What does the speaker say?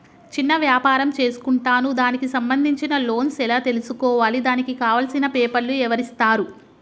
చిన్న వ్యాపారం చేసుకుంటాను దానికి సంబంధించిన లోన్స్ ఎలా తెలుసుకోవాలి దానికి కావాల్సిన పేపర్లు ఎవరిస్తారు?